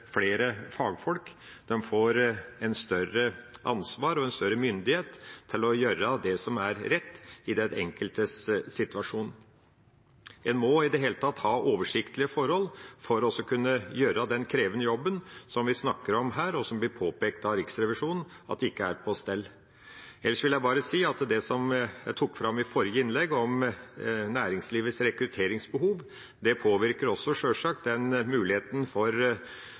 flere fagfolk, større ansvar og større myndighet til å gjøre det som er rett i den enkeltes situasjon. En må i det hele tatt ha oversiktlige forhold for å kunne gjøre den krevende jobben vi snakker om her, og som det blir påpekt av Riksrevisjonen at ikke er på stell. Ellers vil jeg si at det jeg tok opp i forrige innlegg om næringslivets rekrutteringsbehov, sjølsagt også påvirker muligheten Nav og andre offentlige instanser har for